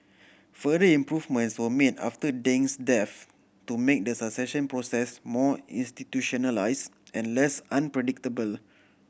further improvements were made after Deng's death to make the succession process more institutionalised and less unpredictable